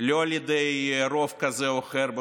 על ידי רוב כזה או אחר בבחירות,